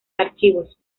archivos